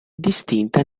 distinta